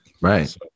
right